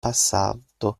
passato